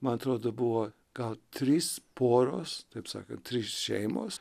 man atrodo buvo gal trys poros taip sakant trys šeimos